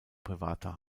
privater